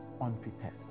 unprepared